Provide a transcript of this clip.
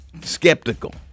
skeptical